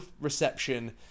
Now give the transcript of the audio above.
reception